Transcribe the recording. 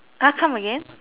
!huh! come again